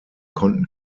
konnten